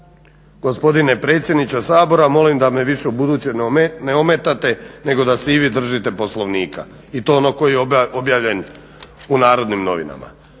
gospodine predsjedniče sabora molim da me više ubuduće ne ometate nego da se i vi držite Poslovnika i to onog koji je objavljen u Narodnim novinama.